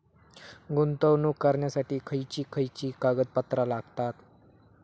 गुंतवणूक करण्यासाठी खयची खयची कागदपत्रा लागतात?